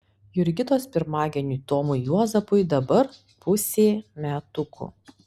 jurgitos pirmagimiui tomui juozapui dabar pusė metukų